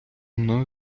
мною